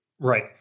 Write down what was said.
Right